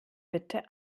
bitte